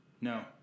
No